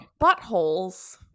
buttholes